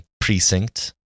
precinct